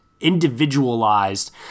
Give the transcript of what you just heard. individualized